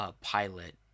pilot